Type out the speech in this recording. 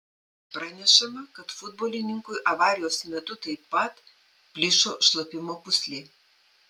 pranešama kad futbolininkui avarijos metu taip pat plyšo šlapimo pūslė